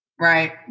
Right